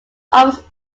office